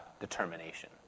determination